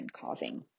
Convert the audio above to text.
causing